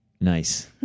Nice